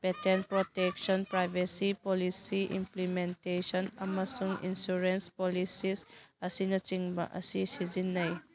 patent protection privacy policy implementation ꯑꯃꯁꯨꯡ insurance policies ꯑꯁꯤꯅꯆꯤꯡꯕ ꯑꯁꯤ ꯁꯤꯖꯤꯟꯅꯩ